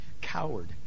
Coward